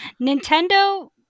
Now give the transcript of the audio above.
Nintendo